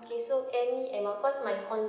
okay so any air miles cause my point